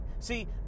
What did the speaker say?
See